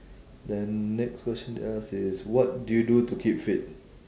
then next question they ask is what do you do to keep fit